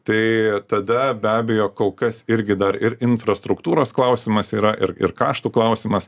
tai tada be abejo kol kas irgi dar ir infrastruktūros klausimas yra ir ir kaštų klausimas